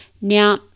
Now